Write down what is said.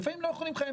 והם לא יושבים.